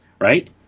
right